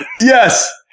Yes